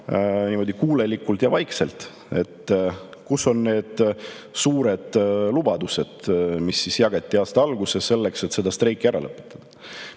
jätkama kuulekalt ja vaikselt. Kuhu jäid need suured lubadused, mis jagati aasta alguses selleks, et seda streiki ära lõpetada?